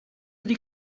ydy